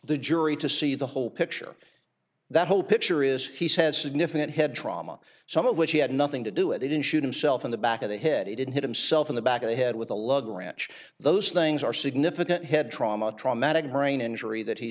the jury to see the whole picture the whole picture is he's had significant head trauma some of which he had nothing to do it they didn't shoot himself in the back of the head it in himself in the back of the head with a luxury ranch those things are significant head trauma traumatic brain injury that he